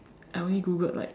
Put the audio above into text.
I only Googled like